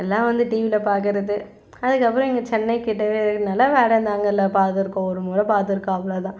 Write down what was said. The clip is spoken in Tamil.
எல்லாம் வந்து டிவியில் பார்க்கறது அதுக்கப்புறம் இங்கே சென்னை கிட்டக்க இருக்கிறதுனால வேடந்தாங்கலில் பார்த்துருக்கோம் ஒரு முறை பார்த்துருக்கோம் அவ்வளோ தான்